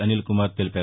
అనీల్కుమార్ తెలిపారు